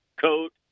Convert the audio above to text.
coat